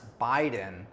Biden